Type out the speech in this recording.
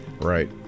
Right